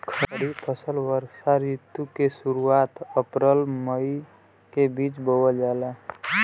खरीफ फसल वषोॅ ऋतु के शुरुआत, अपृल मई के बीच में बोवल जाला